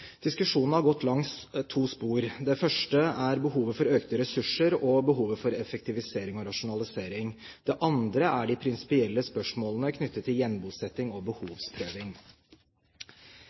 Diskusjonen har gått langs to spor. Det første er behovet for økte ressurser og behovet for effektvisering og rasjonalisering. Det andre er de prinsipielle spørsmålene knyttet til gjenbosetting og behovsprøving.